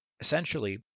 Essentially